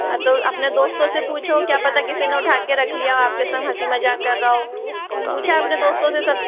हाँ तो आपने दोस्तों से पूछो क्या पता किसी ने उठा के रख लिया हो आपके संग हसी मज़ाक कर रहा हो पूछा आपने दोस्तों से सब से